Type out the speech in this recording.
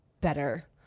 better